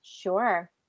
Sure